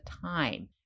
time